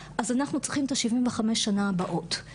אז אנחנו צריכים את ה-75 שנים הבאות.